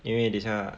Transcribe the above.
因为等下